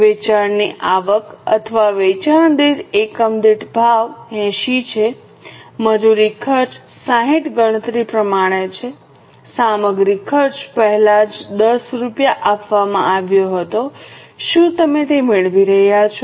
વેચાણની આવક અથવા વેચાણ દીઠ એકમ દીઠ ભાવ 80 છે મજૂરી ખર્ચ 60 ગણતરી પ્રમાણે છે સામગ્રી ખર્ચ પહેલા જ 10 રૂપિયા આપવામાં આવ્યો હતો શું તમે તે મેળવી રહ્યા છો